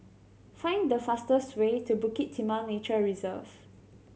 find the fastest way to Bukit Timah Nature Reserve